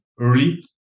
early